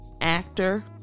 actor